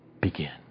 begin